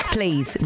Please